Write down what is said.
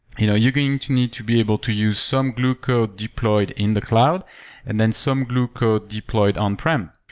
you know you're going to need to be able to use some glue code deployed in the cloud and then some glue code deployed on prem.